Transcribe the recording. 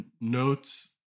notes